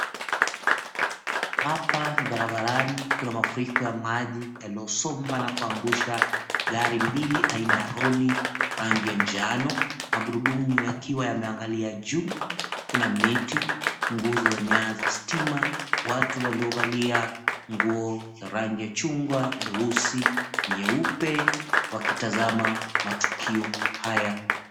Hapa ni barabarani, kuna mafuriko ya maji yaliyosomba na kuangusha gari mbili aina ya lori rangi ya njano, magurudumu yakiwa yameangalia juu. Kuna miti, nguzo ya nyaya za stima. Watu waliovalia nguo rangi ya chungwa, nyeusi, nyeupe, wakitazama matukio haya.